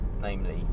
Namely